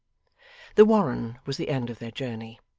the warren was the end of their journey.